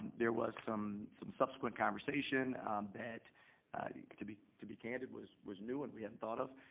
there was some some subsequent conversation that to be to be candid, was was new and we hadn't thought of.